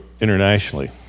internationally